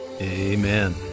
Amen